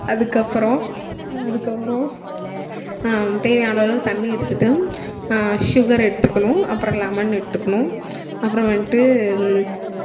அதுக்கப்புறம் அதுக்கப்புறம் தேவையான அளவு தண்ணி எடுத்துகிட்டு சுகர் எடுத்துக்கணும் அப்புறம் லெமன் எடுத்துக்கணும் அப்புறம் வந்துட்டு